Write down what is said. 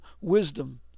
wisdom